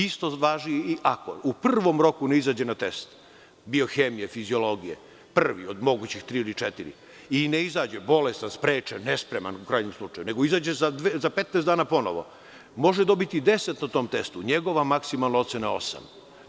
Isto važi i ako u prvom roku ne izađe na test biohemije, fiziologije, prvi od mogućih tri ili četiri i ne izađe, bolestan, sprečen, nespreman, nego izađe za 15 dana ponovo, može dobiti deset na tom testu, a njegova maksimalna ocena je osam.